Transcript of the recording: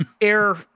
air